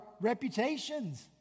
reputations